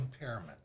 impairment